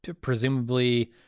presumably